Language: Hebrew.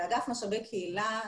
לאגף משאבי קהילה,